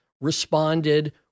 responded